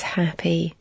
happy